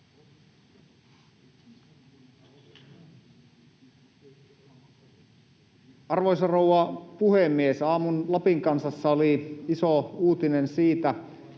Arvoisa rouva puhemies! Aamun Lapin Kansassa oli iso uutinen siitä,